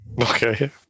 Okay